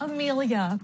Amelia